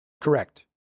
Correct